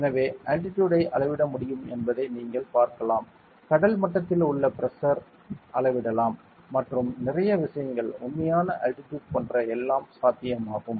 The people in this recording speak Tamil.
எனவே அல்டிடியூட் ஐ அளவிட முடியும் என்பதை நீங்கள் பார்க்கலாம் கடல் மட்டத்தில் உள்ள பிரஷரை அளவிடலாம் மற்றும் நிறைய விஷயங்கள் உண்மையான அல்டிடியூட் போன்ற எல்லாம் சாத்தியமாகும்